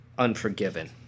Unforgiven